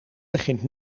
begint